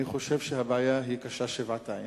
הבעיה קשה שבעתיים,